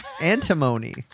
antimony